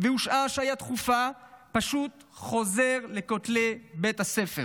והושעה השעיה דחופה פשוט חוזר אל כותלי בית הספר